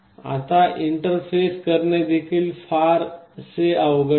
आता इंटरफेस करणे देखील फारसे अवघड नाही